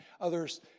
others